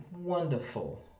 wonderful